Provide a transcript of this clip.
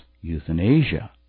euthanasia